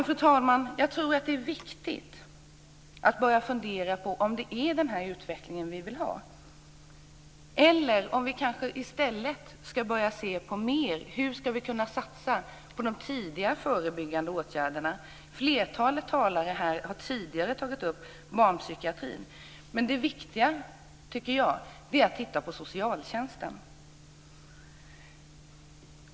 Fru talman! Jag tror att det är viktigt att börja fundera på om det är den här utvecklingen vi vill ha. Eller ska vi i stället börja se mer på hur vi ska kunna satsa på de tidiga, förebyggande åtgärderna? Flertalet talare här har tidigare tagit upp barnpsykiatrin. Men det viktiga tycker jag är att titta på socialtjänsten.